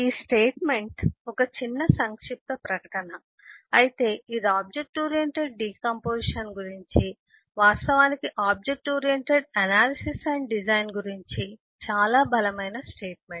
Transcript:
ఈ స్టేట్మెంట్ ఒక చిన్న సంక్షిప్త ప్రకటన అయితే ఇది ఆబ్జెక్ట్ ఓరియెంటెడ్ డికాంపొజిషన్ గురించి వాస్తవానికి object oriented analysis and design గురించి చాలా బలమైన స్టేట్మెంట్